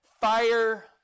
fire